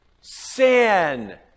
Sin